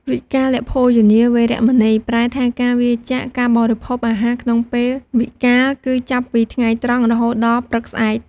វិកាលភោជនា វេរមណី ប្រែថា ការវៀរចាកការបរិភោគអាហារក្នុងពេលវិកាល គឺចាប់ពីថ្ងៃត្រង់រហូតដល់ព្រឹកស្អែក។